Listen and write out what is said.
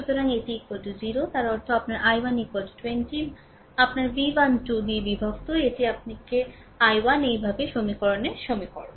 সুতরাং এটি 0 তার অর্থ আপনার I1 20 আপনারv1 2 দিয়ে বিভক্ত এটি আপনাকে i1 এই ভাবে সমীকরণের সমীকরণ